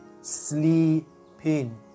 sleeping